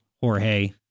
Jorge